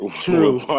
True